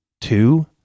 two